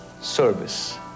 service